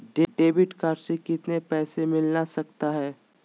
Debit card से कितने पैसे मिलना सकता हैं?